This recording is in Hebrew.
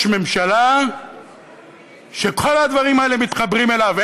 ממשלה שכל הדברים האלה מתחברים אליו,